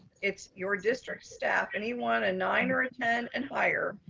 it's your district staff, anyone a nine or a ten and higher,